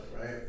right